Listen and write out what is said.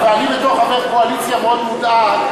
ואני בתור חבר קואליציה מאוד מודאג,